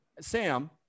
Sam